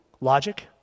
logic